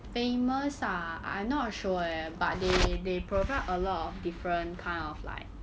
famous ah I'm not sure eh but they they provide a lot of different kind of like